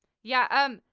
yeah. um,